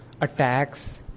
attacks